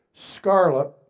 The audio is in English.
scarlet